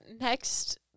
next